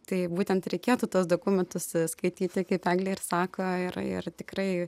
tai būtent reikėtų tuos dokumentus skaityti kaip eglė ir sako ir ir tikrai